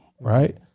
right